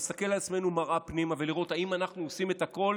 להסתכל על עצמנו במראה פנימה ולראות אם אנחנו עושים את הכול